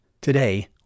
today